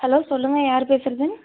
hello சொல்லுங்கள் யாரு பேசறது